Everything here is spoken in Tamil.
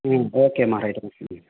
ம் ஓகேம்மா ரைட்டும்மா ம்